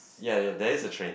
yea yea there is a train